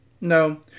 No